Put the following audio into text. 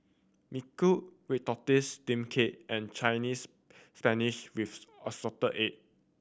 Mui Kee red tortoise steamed cake and Chinese Spinach with assorted egg